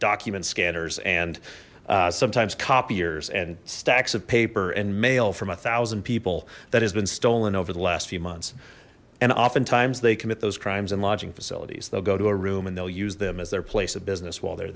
document scanners and sometimes copiers and stacks of paper and mail from a thousand people that has been stolen over the last few months and oftentimes they commit those crimes and lodging facilities they'll go to a room and they'll use them as their place of business while they're